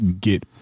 get